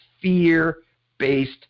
fear-based